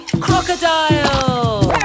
crocodile